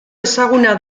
ezaguna